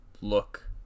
look